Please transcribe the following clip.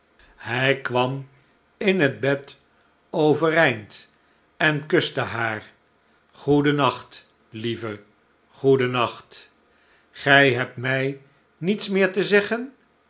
hij kwam in het bed overeind en kuste haar goeden nacht lieve goedenacht gij hebt mij niets meer te zeggen